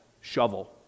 shovel